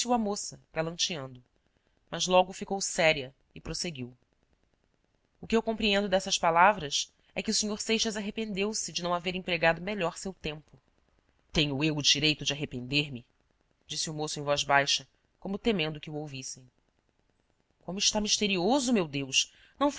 a moça galanteando mas logo ficou séria e prosseguiu o que eu compreendo dessas palavras é que o sr seixas arrependeu-se de não haver empregado melhor seu tempo e tenho eu o direito de arrepender-me disse o moço em voz baixa como temendo que o ouvissem como está misterioso meu deus não